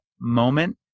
moment